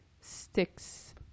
sticks